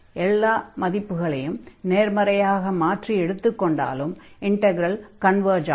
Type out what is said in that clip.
எல்லா மதிப்புகளையும் நேர்மறையாக மாற்றி எடுத்துக் கொண்டாலும் இன்டக்ரல் கன்வர்ஜ் ஆகும்